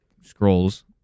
scrolls